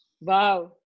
Wow